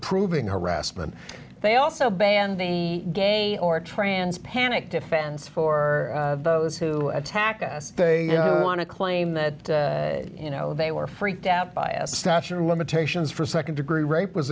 proving harassment they also banned the gay or trans panic defense for those who attack us they want to claim that you know they were freaked out by a statute of limitations for nd degree rape was